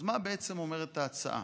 אז מה בדיוק אומרת ההצעה?